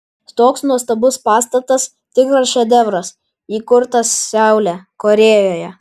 toks nuostabus pastatas tikras šedevras įkurtas seule korėjoje